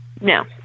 No